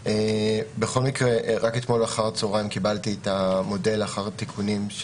רק אתמול אחר הצהריים קיבלתי את המודל אחרי התיקונים,